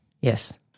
Yes